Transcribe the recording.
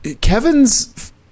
Kevin's